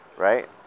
Right